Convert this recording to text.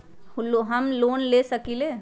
हम लोन ले सकील?